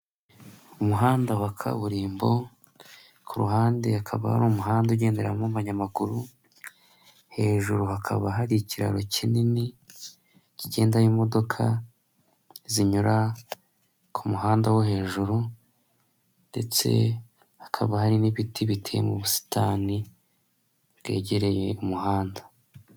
Umuhanda wa kaburimbo, ku ruhande hakaba hari umuhanda ugenderamo abanyamaguru, hejuru hakaba hari ikiraro kinini kigendaho imodoka zinyura kumuhanda wo hejuru, ndetse hakaba hari n'ibiti biteye mu busitani bwegereye umuhanda.